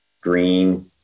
green